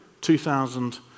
2,000